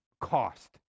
cost